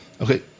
Okay